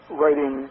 writing